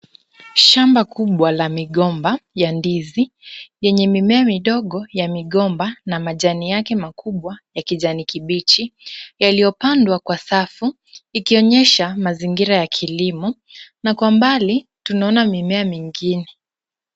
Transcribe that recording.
Shamba kubwa la migomba ya ndizi, yenye mimea midogo ya migomba na majani yake makubwa ya kijani kibichi yaliyopandwa kwa safu, ikionyesha mazingira ya kilimo na kwa mbali tunaona mimea mingine.